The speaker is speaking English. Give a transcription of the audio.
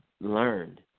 learned